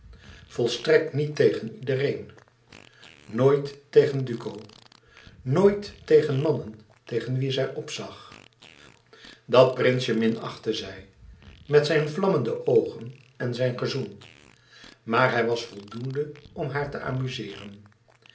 volstrekt niet tegen iedereen nooit tegen duco nooit tegen mannen tegen wie zij opzag dat prinsje minachtte zij met zijn vlammende oogen en zijn gezoen maar hij was voldoende om haar te amuzeeren